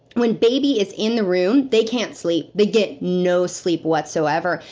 when baby is in the room, they can't sleep. they get no sleep whatsoever.